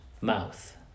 mouth